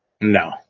No